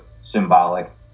symbolic